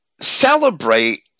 celebrate